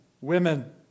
women